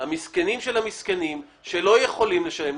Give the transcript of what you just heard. המסכנים של המסכנים שלא יכולים לשלם,